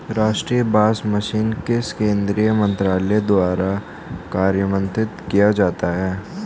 राष्ट्रीय बांस मिशन किस केंद्रीय मंत्रालय द्वारा कार्यान्वित किया जाता है?